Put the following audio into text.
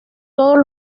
todos